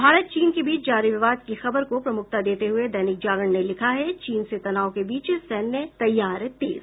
भारत चीन के बीच जारी विवाद की खबर को प्रमुखता देते हुए दैनिक जागरण ने लिखा है चीन से तनाव के बीच सैन्य तैयार तेज